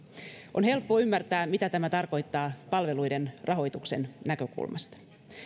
on helppo ymmärtää mitä tämä tarkoittaa palveluiden rahoituksen näkökulmasta